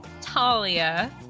talia